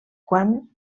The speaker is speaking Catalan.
quan